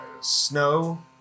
Snow